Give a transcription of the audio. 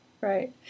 Right